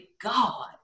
God